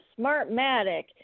Smartmatic